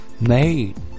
made